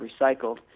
recycled